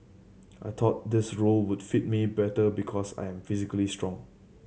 I thought this role would fit me better because I am physically strong